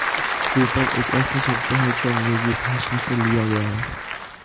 coupon एक ऐसा शब्द है जो अंग्रेजी भाषा से लिया गया है